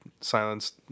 silenced